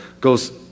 goes